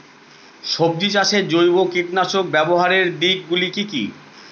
সবজি চাষে জৈব কীটনাশক ব্যাবহারের দিক গুলি কি কী?